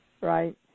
right